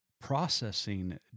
processing